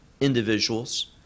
individuals